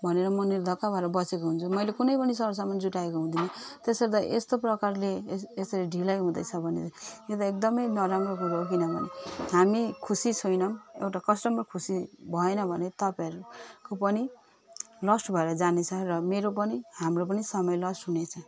भनेर म निर्धक्क भएर बसेको हुन्छु मैले कुनै पनि सरसामान जुटाएको हुँदिन त्यसर्थ यस्तो प्रकारले य यसरी ढिलाइ हुँदैछ भनेर यो त एकदमै नराम्रो कुरो हो किनभने हामी खुसी छैनौँ एउटा कस्टमर खुसी भएन भने तपाईँहरूको पनि लस्ट भएर जानेछ र मेरो पनि हाम्रो पनि समय लस हुनेछ